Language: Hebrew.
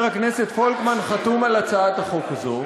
הכנסת פולקמן חתום על הצעת החוק הזאת